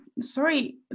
Sorry